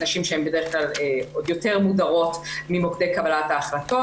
נשים שבדרך כלל הן עוד יותר מודרות ממוקדי קבלת ההחלטות.